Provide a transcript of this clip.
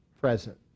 present